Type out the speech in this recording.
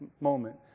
moment